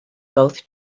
both